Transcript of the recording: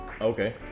Okay